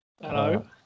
Hello